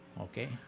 Okay